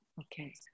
Okay